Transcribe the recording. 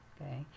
Okay